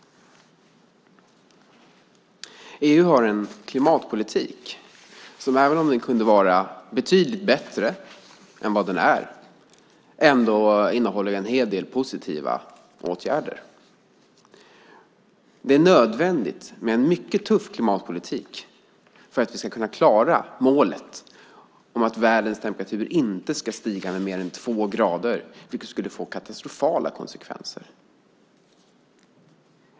EU har en klimatpolitik som även om den kunde vara betydligt bättre än vad den är ändå innehåller en del positiva åtgärder. Det är nödvändigt med en mycket tuff klimatpolitik för att vi ska kunna klara målet om att världens temperaturer inte ska stiga med mer än två grader, vilket skulle få katastrofala konsekvenser.